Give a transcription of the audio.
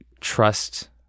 trust